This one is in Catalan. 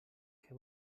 què